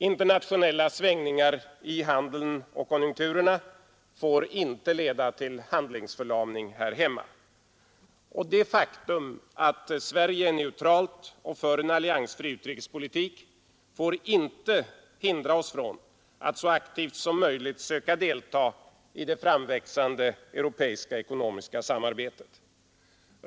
Internationella svängningar i handeln och konjunkturerna får inte leda till handlingsförlamning här hemma. Det faktum att Sverige är neutralt och för en alliansfri utrikespolitik får inte hindra oss från att så aktivt som möjligt söka delta i det framväxande europeiska ekonomiska samarbetet.